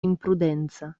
imprudenza